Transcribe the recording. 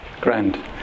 Grand